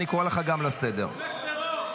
טיבי --- אתה יועץ של רוצח,